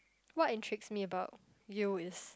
what intrigues me about you is